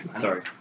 Sorry